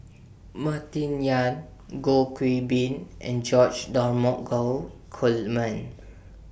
Martin Yan Goh Qiu Bin and George Dromgold Coleman